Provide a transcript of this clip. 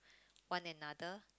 one another